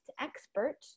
expert